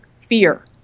fear